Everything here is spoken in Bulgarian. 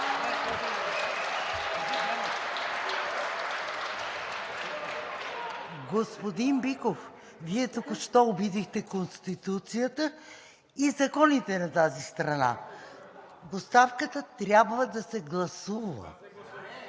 Господин Биков, Вие току-що обидихте Конституцията и законите на тази страна. Оставката трябва да се гласува.